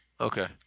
Okay